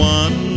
one